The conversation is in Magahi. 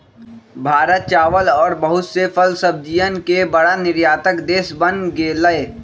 भारत चावल और बहुत से फल सब्जियन के बड़ा निर्यातक देश बन गेलय